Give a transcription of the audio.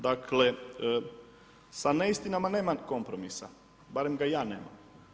Dakle, sa neistinama nema kompromisa, barem ga ja nemam.